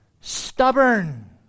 stubborn